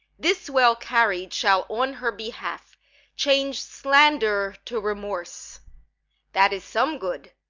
this well carried shall on her behalf change slander to remorse that is some good.